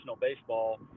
baseball